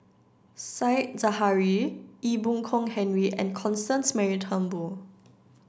said Zahari Ee Boon Kong Henry and Constance Mary Turnbull